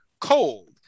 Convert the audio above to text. cold